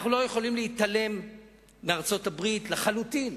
אנחנו לא יכולים להתעלם מארצות-הברית לחלוטין.